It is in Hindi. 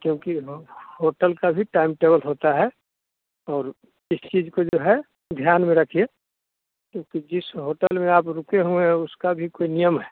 क्योंकि ना होटल का भी टाइमटेबल होता है और इस चीज़ को जो है ध्यान में रखिए क्योंकि जिस होटल में आप रुके हुए हैं उसका भी कोई नियम है